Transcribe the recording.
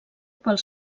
pel